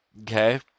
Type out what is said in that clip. Okay